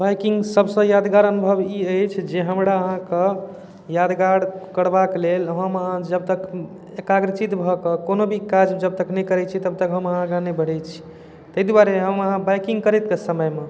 biking सबसँ यादगार अनुभव ई अछि जे हमरा अहाँके यादगार करबाके लेल हम अहाँ जब तक एकाग्रचित्त भऽ कऽ कोनो भी काज जब तक नहि करै छी तब तक हम अहाँ आगाँ नहि बढ़ै छी ताहि दुआरे हम अहाँ बाइकिङ्ग करैके समयमे